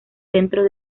centro